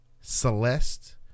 celeste